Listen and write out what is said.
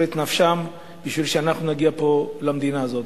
את נפשם כדי שאנחנו נגיע פה למדינה הזאת.